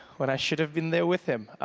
but i should have been there with him.